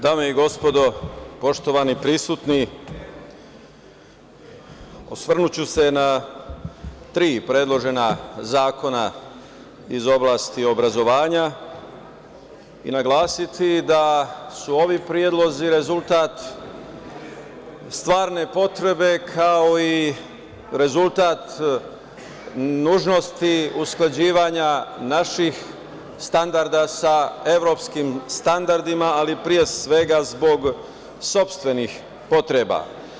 Dame i gospodo, poštovani prisutni, osvrnuću se na tri predložena zakona iz oblasti obrazovanja i naglasiti da su ovi predlozi rezultat stvarne potrebe, kao i rezultat nužnosti usklađivanja naših standarda sa evropskim standardima, ali pre svega zbog sopstvenih potreba.